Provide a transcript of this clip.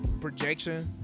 projection